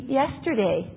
yesterday